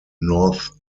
north